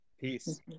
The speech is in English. peace